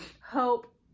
hope